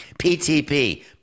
PTP